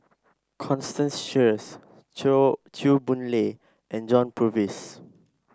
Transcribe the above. Constance Sheares Chew Chew Boon Lay and John Purvis